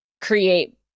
create